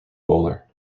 bowler